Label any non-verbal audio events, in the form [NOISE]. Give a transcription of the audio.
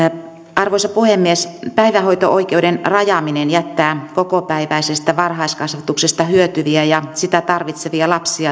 arvoisa puhemies päivähoito oikeuden rajaaminen jättää kokopäiväisestä varhaiskasvatuksesta hyötyviä ja sitä tarvitsevia lapsia [UNINTELLIGIBLE]